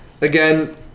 again